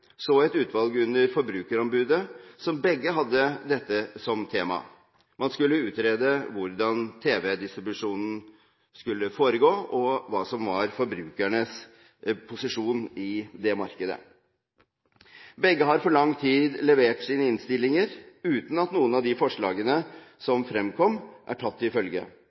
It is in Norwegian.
så et utvalg under forbrukerombudet, som begge hadde dette som tema. Man skulle utrede hvordan tv-distribusjonen skulle foregå, og hva som var forbrukernes posisjon i det markedet. Begge har for lang tid siden levert sine innstillinger uten at noen av de forslagene som fremkom, er tatt til følge.